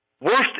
Worst